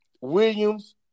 Williams